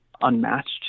unmatched